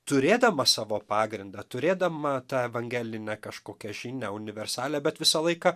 turėdama savo pagrindą turėdama tą evangelinę kažkokią žinią universalią bet visą laiką